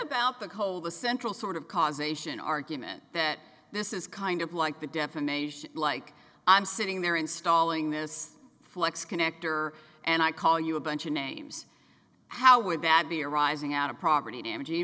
about the whole the central sort of causation argument that this is kind of like the defamation like i'm sitting there installing this flex connector and i call you a bunch of names how would that be arising out of property damag